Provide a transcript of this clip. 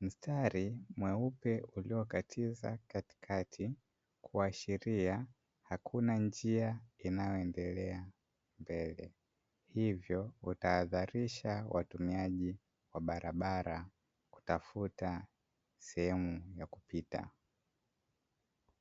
mstari mweupe uliokatiza katikati, kuashiria hakuna njia inayoendelea mbele, hivyo hutahadharisha watumiaji wa barabara kutafuta sehemu ya kupita.